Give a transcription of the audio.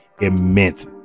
immense